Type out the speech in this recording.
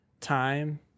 time